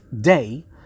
day